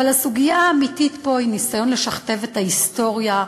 אבל הסוגיה האמיתית פה היא ניסיון לשכתב את ההיסטוריה,